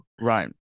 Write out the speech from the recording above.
Right